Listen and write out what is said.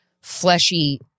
fleshy